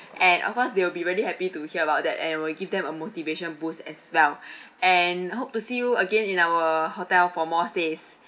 and of course they will be very happy to hear about that and we'll give them a motivation boost as well and hope to see you again in our hotel for more stays thank you